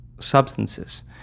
substances